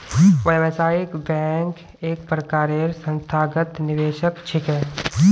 व्यावसायिक बैंक एक प्रकारेर संस्थागत निवेशक छिके